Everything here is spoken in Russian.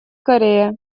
корея